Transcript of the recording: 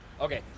Okay